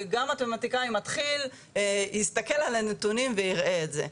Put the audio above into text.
גם מתמטיקאי מתחיל יסתכל על הנתונים ויראה את זה.